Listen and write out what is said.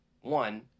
one